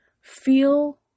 feel